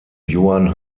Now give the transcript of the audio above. johann